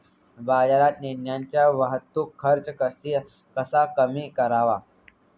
बाजारात नेण्याचा वाहतूक खर्च कसा कमी करावा?